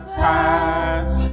past